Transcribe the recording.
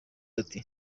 ati